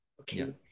Okay